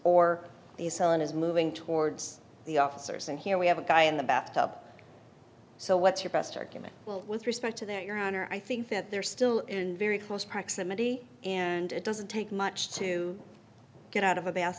assailant is moving towards the officers and here we have a guy in the bathtub so what's your best argument with respect to that your honor i think that they're still in very close proximity and it doesn't take much to get out of a